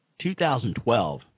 2012 –